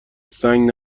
سنگ